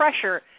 pressure